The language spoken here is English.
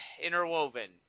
interwoven